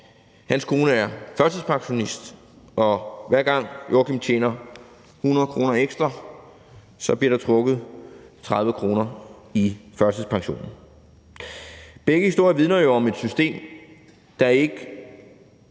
Hans kone er førtidspensionist, og hver gang Joakim tjener 100 kr. ekstra, bliver der trukket 30 kr. i førtidspensionen. Begge historier vidner jo om et system, der ikke